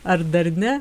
ar dar ne